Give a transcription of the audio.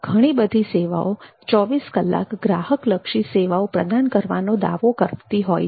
ઘણી બધી સેવાઓમાંથી 247 ગ્રાહકલક્ષી સેવાઓ પ્રદાન કરવાનો દાવો કરવામાં આવે છે